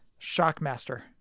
Shockmaster